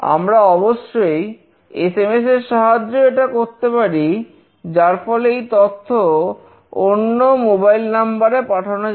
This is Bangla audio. আমরা অবশ্যই এসএমএসের এর সাহায্য নিতে হবে